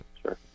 sure